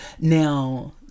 Now